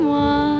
one